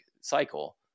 cycle